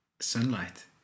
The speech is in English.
Sunlight